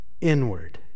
inward